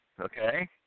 Okay